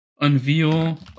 unveil